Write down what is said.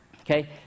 Okay